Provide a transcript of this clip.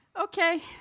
okay